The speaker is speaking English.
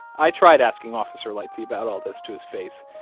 i tried asking officer lightsey about all this to his face.